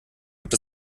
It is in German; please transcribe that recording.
gibt